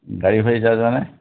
ଗାଡ଼ି ଫାଡ଼ି ଚାର୍ଜ୍ ମାନେ